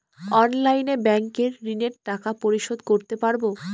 অনলাইনে ব্যাংকের ঋণের টাকা পরিশোধ করতে পারবো?